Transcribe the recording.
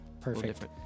Perfect